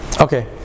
Okay